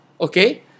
okay